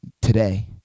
today